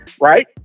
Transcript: right